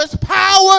power